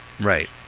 Right